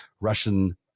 Russian